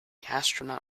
astronaut